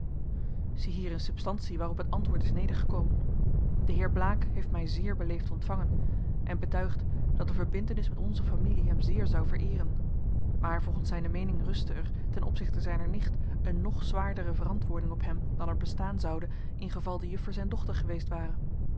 ziehier in substantie waarop het antwoord is nedergekomen de heer blaek heeft mij zeer beleefd ontvangen en betuigd dat een verbintenis met onze familie hem zeer zou vereeren maar volgens zijne meening rustte er ten opzichte zijner nicht een nog zwaardere verantwoording op hem dan er bestaan zoude ingeval de juffer zijn dochter geweest ware